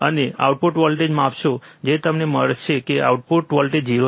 અને તમે output voltage માપશો જે તમને મળશે કે આઉટપુટ વોલ્ટેજ 0 નથી